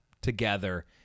together